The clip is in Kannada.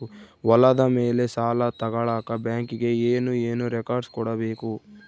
ಹೊಲದ ಮೇಲೆ ಸಾಲ ತಗಳಕ ಬ್ಯಾಂಕಿಗೆ ಏನು ಏನು ರೆಕಾರ್ಡ್ಸ್ ಕೊಡಬೇಕು?